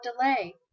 delay